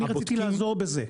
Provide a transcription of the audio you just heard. אני רציתי לעזור לזה.